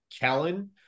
Kellen